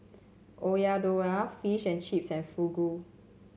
Oyakodon Fish and Chips and Fugu